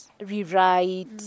rewrite